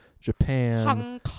Japan